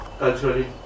Culturally